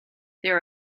there